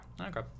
Okay